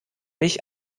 mich